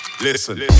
Listen